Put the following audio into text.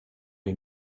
les